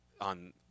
on